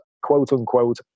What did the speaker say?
quote-unquote